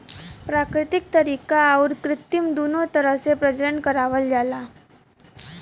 प्राकृतिक तरीका आउर कृत्रिम दूनो तरह से प्रजनन करावल जाला